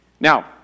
Now